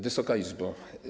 Wysoka Izbo!